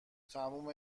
تمام